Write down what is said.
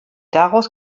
daraus